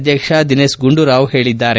ಅಧ್ಯಕ್ಷ ದಿನೇಶ್ ಗುಂಡೂರಾವ್ ಹೇಳಿದ್ದಾರೆ